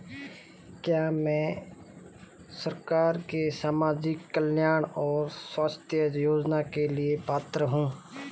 क्या मैं सरकार के सामाजिक कल्याण और स्वास्थ्य योजना के लिए पात्र हूं?